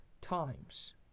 times